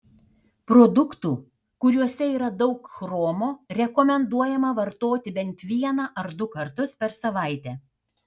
produktų kuriuose yra daug chromo rekomenduojama vartoti bent vieną ar du kartus per savaitę